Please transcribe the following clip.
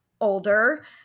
older